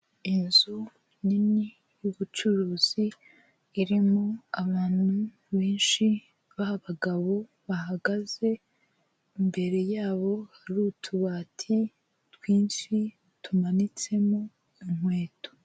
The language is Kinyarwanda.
Inzu nini y'ubucuruzi irimo abantu benshi b'abagabo bahagaze, imbere yabo hari utubati twinshi tumanitsemo inkweto.